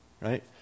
right